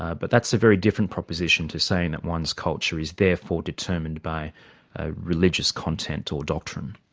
ah but that's a very different proposition to saying that one's culture is therefore determined by religious content or doctrine.